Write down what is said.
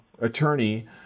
attorney